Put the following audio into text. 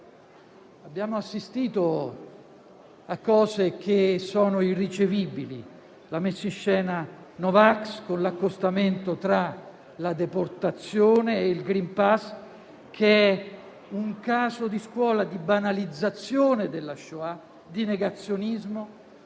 Abbiamo assistito a situazioni inaccettabili: la messinscena no vax con l'accostamento tra la deportazione e il *green pass* è un caso di scuola di banalizzazione della *shoah*, di negazionismo,